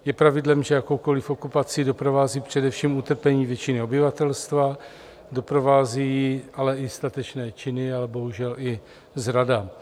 Je pravidlem, že jakoukoliv okupaci doprovází především utrpení většiny obyvatelstva, doprovází ji ale i statečné činy, ale bohužel i zrada.